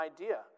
idea